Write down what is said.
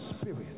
spirit